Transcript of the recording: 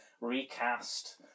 recast